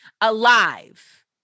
alive